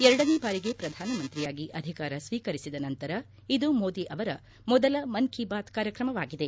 ಎರಡನೇ ಬಾರಿಗೆ ಪ್ರಧಾನ ಮಂತ್ರಿಯಾಗಿ ಅಧಿಕಾರ ಸ್ವೀಕರಿಸಿದ ನಂತರ ಇದು ಮೋದಿ ಅವರ ಮೊದಲ ಮನ್ ಕಿ ಬಾತ್ ಕಾರ್ಯಕ್ರಮವಾಗಿದೆ